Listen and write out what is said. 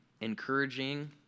encouraging